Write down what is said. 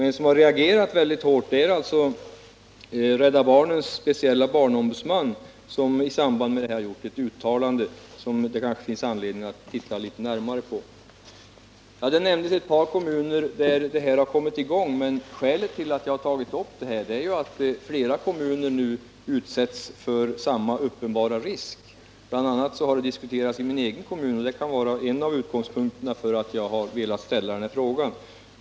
En som reagerat hårt är Rädda barnens speciella barnombudsman, som i samband med detta gjort ett uttalande, som det kanske finns anledning att titta litet närmare på. Det har nämnts ett par kommuner där sådan här undervisning kommit i gång, men skälet till att jag tagit upp frågan är att flera kommuner nu utsätts för samma uppenbara risk. Bl. a. har det diskuterats i min egen kommun, och det kan vara en av utgångspunkterna till att jag velat ställa den här frågan.